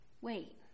wait